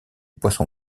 poisson